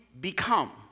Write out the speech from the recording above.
become